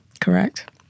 Correct